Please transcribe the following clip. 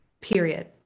Period